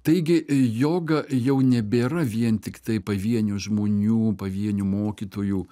taigi joga jau nebėra vien tiktai pavienių žmonių pavienių mokytojų